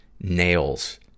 nails